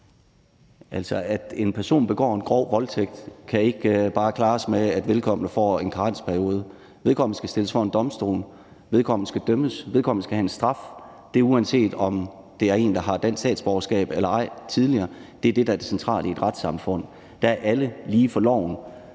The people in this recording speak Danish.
Altså, at en person begår en grov voldtægt, kan ikke bare klares med, at vedkommende får en karensperiode. Vedkommende skal stilles for en domstol, vedkommende skal dømmes, vedkommende skal have en straf, og det er, uanset om det er en, der har dansk statsborgerskab eller ej. Det er det, der er det centrale i et retssamfund – dér er alle lige for loven.